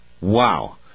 Wow